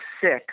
six